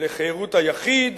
לחירות היחיד